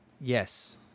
yes